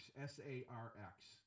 s-a-r-x